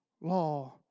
law